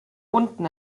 unten